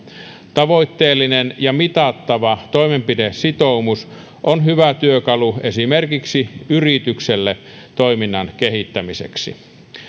tavoitteellinen ja mitattava toimenpidesitoumus on hyvä työkalu esimerkiksi yritykselle toiminnan kehittämiseksi